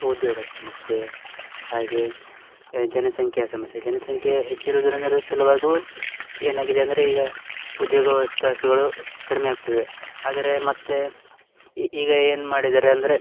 ಉದ್ಯೋಗ ಸಮಸ್ಯೆ ಹಾಗೆ ಜನಸಂಖ್ಯಾ ಸಮಸ್ಯೆ ಜನಸಂಖ್ಯೆ ಹೆಚ್ಚಿರುದ್ರಿಂದಲೂ ಸಲುವಾಗ್ಯೂ ಏನಾಗಿದೆ ಅಂದರೆ ಈಗ ಉದ್ಯೋಗವಕಾಶಗಳು ಕಡಿಮೆ ಆಗ್ತಿದೆ ಆದರೆ ಮತ್ತೆ ಈಗ ಏನು ಮಾಡಿದ್ದಾರೆ ಅಂದರೆ